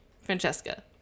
Francesca